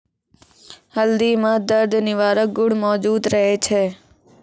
हल्दी म दर्द निवारक गुण मौजूद रहै छै